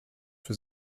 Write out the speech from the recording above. für